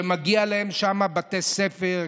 שמגיעים להם שם בתי ספר,